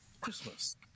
Christmas